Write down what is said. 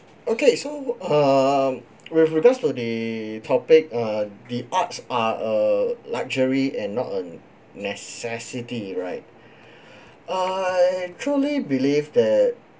okay so err with regards to the topic uh the arts are a luxury and not an necessity right I truly believe that